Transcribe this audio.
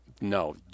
no